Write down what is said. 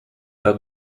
pas